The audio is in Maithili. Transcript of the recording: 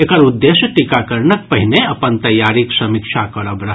एकर उद्देश्य टीकाकरणक पहिने अपन तैयारीक समीक्षा करब रहल